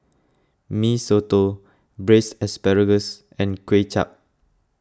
Mee Soto Braised Asparagus and Kway Chap